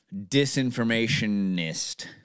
disinformationist